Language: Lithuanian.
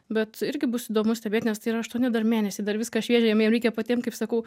bet irgi bus įdomu stebėt nes tai yra aštuoni dar mėnesiai dar viskas šviežia jiem reikia patiem kaip sakau